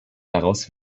daraus